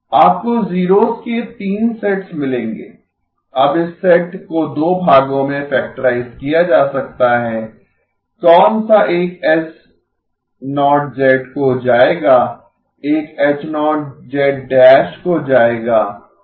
आपको जीरोस के 3 सेट्स मिलेंगें अब इस सेट को दो भागों में फैक्टराइज किया जा सकता है कौन सा एक H0 को जाएगा एक को जाएगा रेसिप्रोकल्स उपस्थित हैं